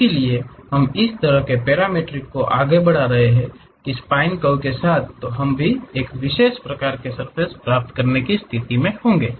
इसलिए हम इस तरह के पैरामीट्रिक को आगे बढ़ा रहे हैं एक स्पाइन कर्व के साथ तो हम भी एक विशेष प्रकार की सर्फ़ेस प्राप्त करने की स्थिति में होंगे